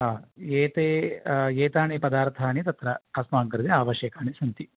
एते एतानि पदार्थानि तत्र अस्मान् कृते आवश्यकानि सन्ति